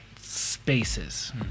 spaces